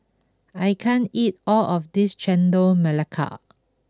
I can't eat all of this Chendol Melaka